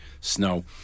snow